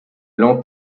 long